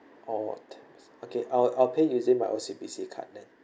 orh okay I'll I'll pay using my O_C_B_C card then